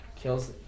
Kills